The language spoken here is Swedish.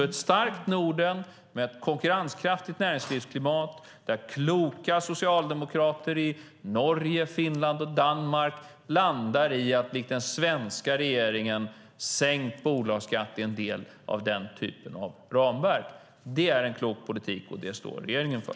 Ett starkt Norden med ett konkurrenskraftigt näringslivsklimat, där kloka socialdemokrater i Norge, Finland och Danmark landar i att likt den svenska regeringen sänka bolagsskatten, är en del av denna typ av ramverk. Det är en klok politik, och den står regeringen för.